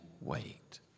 wait